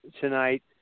tonight